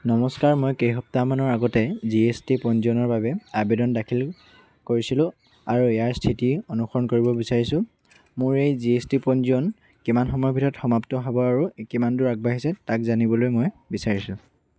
নমস্কাৰ মই কেই সপ্তাহমানৰ আগতে জি এছ টি পঞ্জীয়নৰ বাবে আবেদন দাখিল কৰিছিলোঁ আৰু ইয়াৰ স্থিতি অনুসৰণ কৰিব বিচাৰিছোঁ মোৰ এই জি এছ টি পঞ্জীয়ন কিমান সময়ৰ ভিতৰত সমাপ্ত হ'ব আৰু কিমান দূৰ আগবাঢ়িছে তাক জানিবলৈ মই বিচাৰিছোঁ